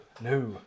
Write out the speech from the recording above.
no